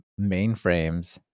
mainframes